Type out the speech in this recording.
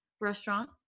restaurant